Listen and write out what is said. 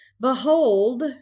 Behold